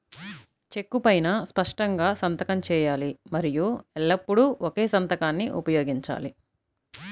చెక్కు పైనా స్పష్టంగా సంతకం చేయాలి మరియు ఎల్లప్పుడూ ఒకే సంతకాన్ని ఉపయోగించాలి